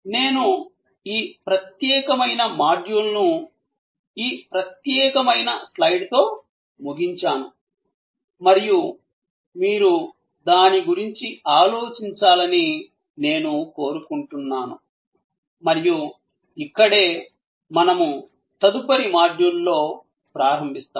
నేను ఈ ప్రత్యేకమైన మాడ్యూల్ను ఈ ప్రత్యేకమైన స్లైడ్తో ముగిస్తాను మరియు మీరు దాని గురించి ఆలోచించాలని నేను కోరుకుంటున్నాను మరియు దీనితో మేము తదుపరి మాడ్యూల్ని ప్రారంభిస్తాము